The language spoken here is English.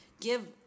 Give